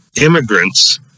immigrants